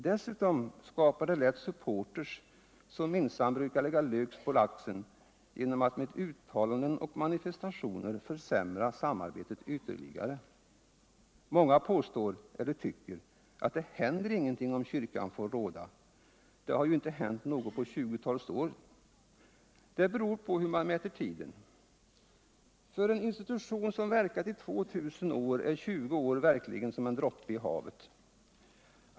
Dessutom skapar det lätt supporters som minsann brukar lägga lök på laxen genom-att med uttalanden och manifes tationer försämra samarbetet ytterligare. Många påstår eller tycker att det händer ingenting om kyrkan får råda. Det harju inte hänt något på tjugotals år i denna fråga. Det beror på hur man mäter tiden. För en institution som verkat i 2 000 år är 20 år verkligen som en droppe i havet.